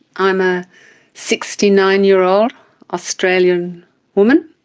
i'm a sixty nine year old australian woman.